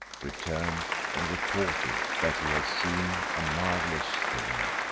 returned and reported that he had seen a marvellous thing,